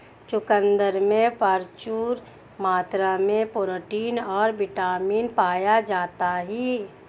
चुकंदर में प्रचूर मात्रा में प्रोटीन और बिटामिन पाया जाता ही